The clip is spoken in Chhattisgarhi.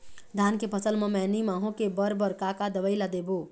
धान के फसल म मैनी माहो के बर बर का का दवई ला देबो?